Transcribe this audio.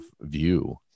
view